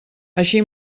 així